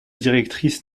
directrice